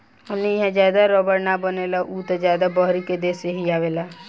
हमनी इहा ज्यादा रबड़ ना बनेला उ त ज्यादा बहरी के देश से ही आवेला